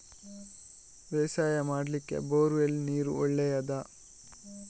ಬೇಸಾಯ ಮಾಡ್ಲಿಕ್ಕೆ bore well ನೀರು ಒಳ್ಳೆಯದಾ?